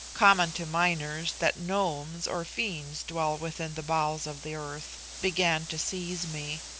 common to miners, that gnomes or fiends dwell within the bowels of the earth, began to seize me.